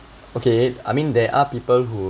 okay I mean there are people who